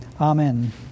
Amen